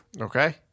Okay